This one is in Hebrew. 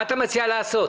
מה אתה מציע לעשות?